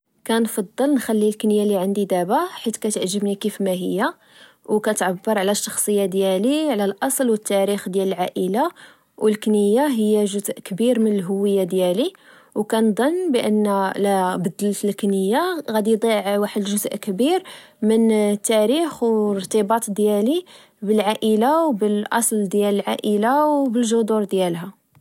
كنفضل نخلي الكنية اللي عندي دابا، حيت كتعجبني كيف ما هي، وكتعبر على الشخصية ديالي على الأصل والتاريخ ديال العائلة. والكنية هي جزء كبير من الهوية ديالي. وكنظن بأن لبدلت الكنية غدي ضيع واحد لجزء كبير التاريخ و الارتباط ديالي بالعائلة و بالأصل ديال العائلة وبالجذور ديالها